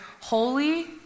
holy